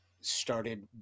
started